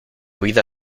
vida